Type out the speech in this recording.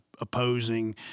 opposing